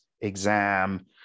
exam